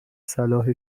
صلاح